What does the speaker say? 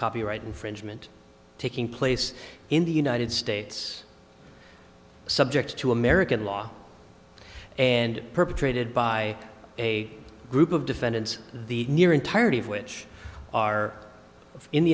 copyright infringement taking place in the united states subject to american law and perpetrated by a group of defendants the near entirety of which are in the